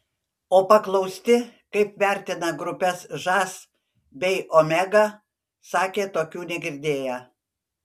o paklausti kaip vertina grupes žas bei omega sakė tokių negirdėję